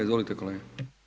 Izvolite kolega.